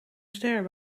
ster